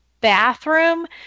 bathroom